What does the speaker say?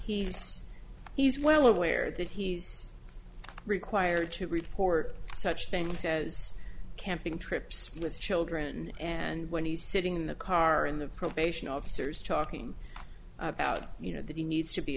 he's he's well aware that he's required to report such things as camping trips with children and when he's sitting in the car in the probation officers talking about you know that he needs to be